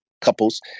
couples